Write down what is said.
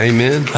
Amen